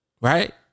Right